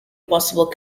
possible